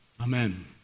Amen